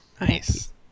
Nice